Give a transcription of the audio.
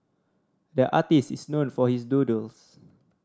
the artist is known for his doodles